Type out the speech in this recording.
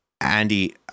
Andy